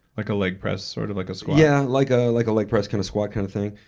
like a leg press, sort of like a squat? yeah, like ah like a leg press, kind of squat kind of thing.